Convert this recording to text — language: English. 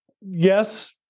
Yes